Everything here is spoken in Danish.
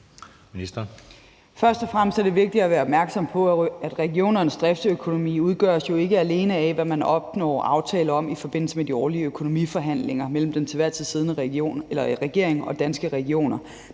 Først og fremmest er det vigtigt at være opmærksom på, at regionernes driftsøkonomi jo ikke alene udgøres af, hvad man opnår ved aftaler i forbindelse med de årlige økonomiforhandlinger mellem den til enhver tid siddende regering og Danske Regioner.